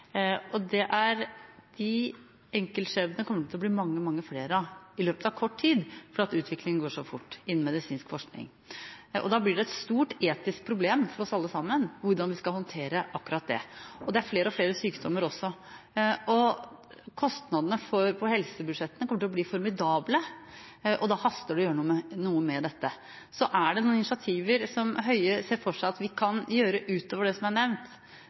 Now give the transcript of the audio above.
De enkeltskjebnene kommer det til å bli mange, mange flere av i løpet av kort tid fordi utviklingen går så fort innen medisinsk forskning. Da blir det et stort etisk problem for oss alle sammen hvordan vi skal håndtere akkurat det. Det er flere og flere sykdommer også. Utgiftene på helsebudsjettene kommer til å bli formidable, og det haster å gjøre noe med dette. Er det noen initiativ som Høie ser for seg at vi fra norsk side kan ta utover det som er nevnt,